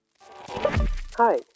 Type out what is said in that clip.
Hi